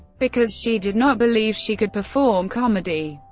because she did not believe she could perform comedy.